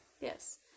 Yes